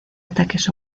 ataques